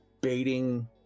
baiting